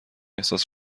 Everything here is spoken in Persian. احساس